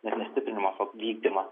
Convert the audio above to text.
net ne stiprinimas o vykdymas